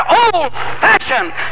old-fashioned